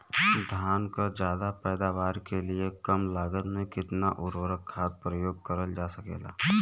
धान क ज्यादा पैदावार के लिए कम लागत में कितना उर्वरक खाद प्रयोग करल जा सकेला?